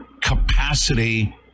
capacity